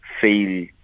fail